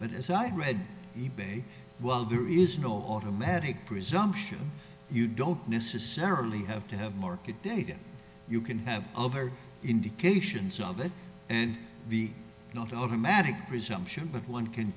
but as i read e bay well there is no automatic presumption you don't necessarily have to have market data you can have indications of it and not automatic presumption but one can